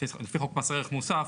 לפי חוק מס ערך מוסף,